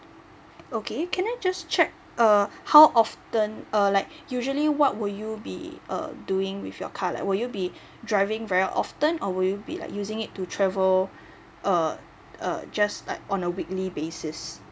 okay can I just check uh how often err like usually what will you be uh doing with your car like will you be driving very often or will you be like using it to travel err err just like on a weekly basis